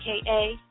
aka